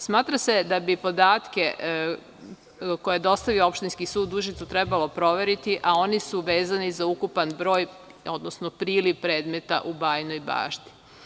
Smatra se da bi podatke koje je dostavio opštinski sud u Užicu trebalo proveriti, a oni su vezani za ukupan broj, odnosno priliv predmeta u Bajinoj Bašti.